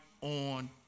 on